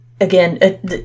Again